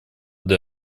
для